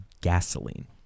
gasoline